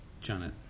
Janet